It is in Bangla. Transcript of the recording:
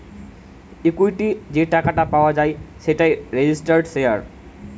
ইকুইটি যে টাকাটা পাওয়া যায় সেটাই রেজিস্টার্ড শেয়ার